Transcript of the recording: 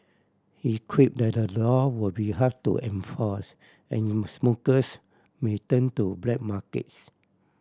he quipped that the law would be hard to enforce and smokers may turn to black markets